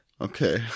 okay